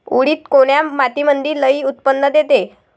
उडीद कोन्या मातीमंदी लई उत्पन्न देते?